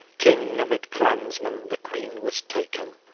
king amid clansmen the queen was taken.